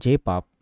J-pop